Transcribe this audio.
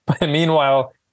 meanwhile